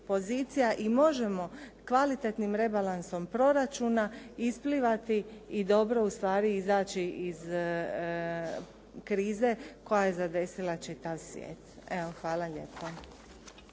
i možemo kvalitetnim rebalansom proračuna isplivati i dobro ustvari izaći iz krize koja je zadesila čitav svijet. Hvala lijepo.